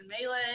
melee